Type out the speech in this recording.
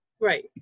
Right